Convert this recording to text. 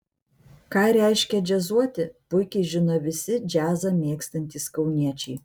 ką reiškia džiazuoti puikiai žino visi džiazą mėgstantys kauniečiai